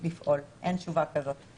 אין תשובה כזאת כרגע.